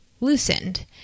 loosened